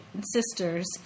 sister's